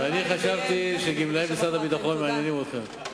ואני חשבתי שגמלאי משרד הביטחון מעניינים אתכם.